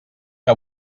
que